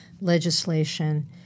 legislation